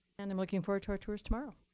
and i'm looking forward to our tours tomorrow.